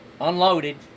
unloaded